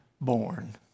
born